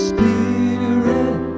Spirit